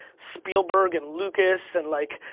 spielberg and lucas, and like,